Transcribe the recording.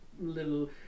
little